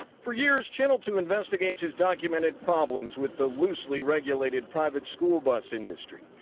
for years, channel two investigates has documented problems with the loosely regulated private school bus industry.